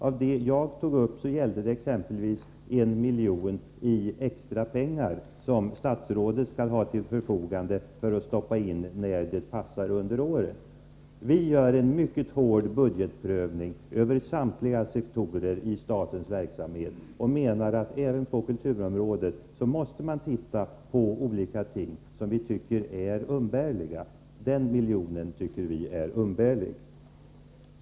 Av det jag tog upp gällde det exempelvis 1 milj.kr. i extra pengar som statsrådet skall ha till förfogande för att stoppa in när det passar under året. Vi moderater gör en mycket hård budgetprövning över samtliga sektorer i statens verksamhet och menar därför att man även på kulturområdet måste undersöka om vissa ting är umbärliga. Och den där miljonen tycker vi är umbärlig.